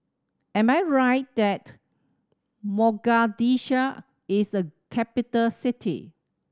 am I right that Mogadishu is a capital city